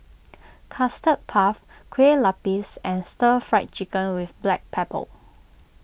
Custard Puff Kue Lupis and Stir Fried Chicken with Black Pepper